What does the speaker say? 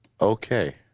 Okay